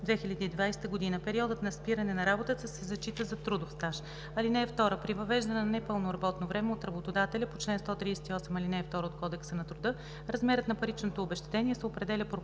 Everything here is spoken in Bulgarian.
2020 г. Периодът на спиране на работа се зачита за трудов стаж. (2) При въвеждане на непълно работно време от работодателя по чл. 138, ал. 2 от Кодекса на труда, размерът на паричното обезщетение се определя